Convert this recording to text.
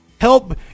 Help